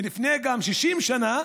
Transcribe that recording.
הם אזרחים בדואים, גם כן לפני 60 שנה,